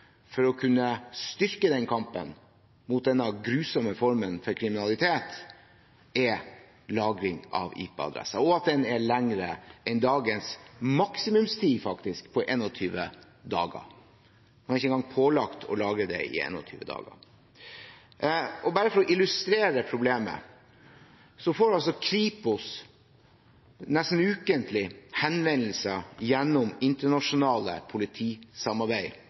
for å kunne styrke kampen mot denne grusomme formen for kriminalitet, er lagring av IP-adresser, og at den er lengre enn dagens maksimumstid, faktisk, på 21 dager – man er ikke engang pålagt å lagre det i 21 dager. Bare for å illustrere problemet: Kripos får nesten ukentlig gjennom internasjonalt politiarbeid henvendelser